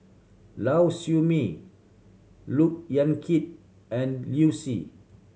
Lau Siew Mei Look Yan Kit and Liu Si